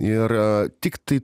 ir tiktai